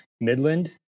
Midland